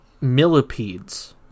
millipedes